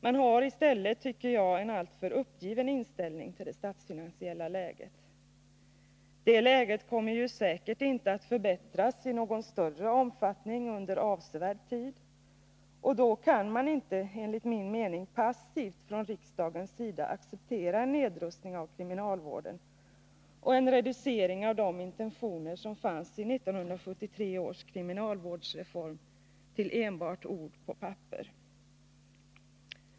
Man har i stället, tycker jag, en alltför uppgiven inställning till det statsfinansiella läget. Det läget kommer ju säkert inte att förbättras i någon större omfattning under avsevärd tid, och då kan man inte enligt min mening passivt från riksdagens sida acceptera en nedrustning av kriminalvården och en reducering av de intentioner som fanns i 1973 års kriminalvårdsreform till enbart ord på papper.